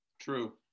True